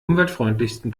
umweltfreundlichsten